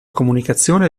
comunicazione